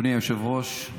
אדוני היושב-ראש,